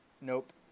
Nope